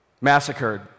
massacred